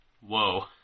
Whoa